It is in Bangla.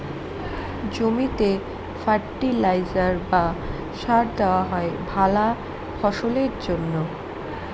জমিতে ফার্টিলাইজার বা সার দেওয়া হয় ভালা ফসলের জন্যে